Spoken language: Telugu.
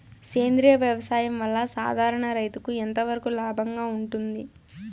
సేంద్రియ వ్యవసాయం వల్ల, సాధారణ రైతుకు ఎంతవరకు లాభంగా ఉంటుంది?